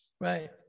right